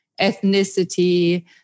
ethnicity